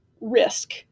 risk